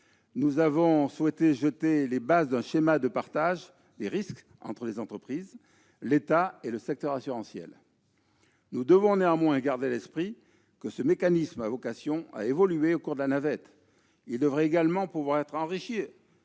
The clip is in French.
Nous avons souhaité jeter les bases d'un schéma de partage des risques entre les entreprises, l'État et le secteur assurantiel. Nous devons néanmoins garder à l'esprit que le mécanisme a vocation à évoluer au cours de la navette. Il devrait également pouvoir être enrichi